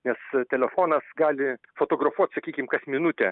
nes telefonas gali fotografuot sakykim kas minutę